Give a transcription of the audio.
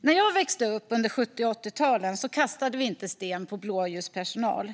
När jag växte upp under 70-80-talen kastade vi inte sten på blåljuspersonal.